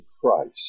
Christ